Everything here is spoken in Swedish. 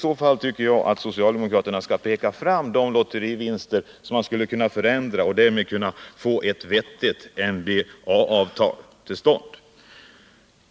Jag tycker att socialdemokraterna då skall peka på de lotterivinster som man skulle kunna förändra och därmed få ett vettigt MBL-avtal till stånd.